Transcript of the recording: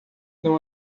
não